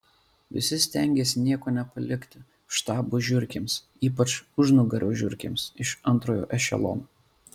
visi stengėsi nieko nepalikti štabo žiurkėms ypač užnugario žiurkėms iš antrojo ešelono